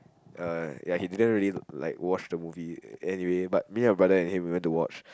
uh ya he didn't really like watch the movie anyway but me and my brother and him we went to watch